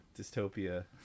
dystopia